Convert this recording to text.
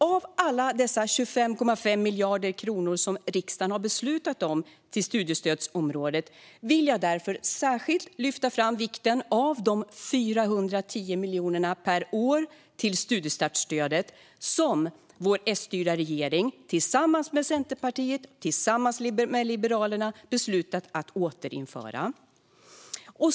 Av alla dessa 25,5 miljarder kronor som riksdagen har beslutat om till studiestödsområdet vill jag därför särskilt lyfta fram vikten av de 410 miljonerna per år till studiestartsstödet, som vår S-styrda regering tillsammans med Centerpartiet och Liberalerna beslutat att återinföra.